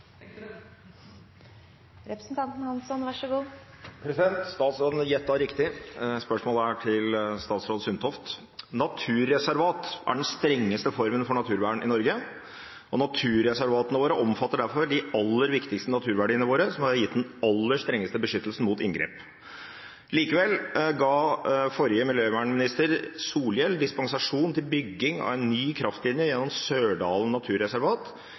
Statsråden gjettet riktig. Spørsmålet er til statsråd Sundtoft. Naturreservat er den strengeste formen for naturvern i Norge, og naturreservatene omfatter derfor de aller viktigste naturverdiene våre som er gitt den aller strengeste beskyttelsen mot inngrep. Likevel ga miljøvernminister Solhjell dispensasjon til bygging av en ny kraftlinje gjennom Sørdalen naturreservat,